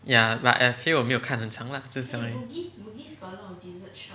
ya but actually 我没有看很长 lah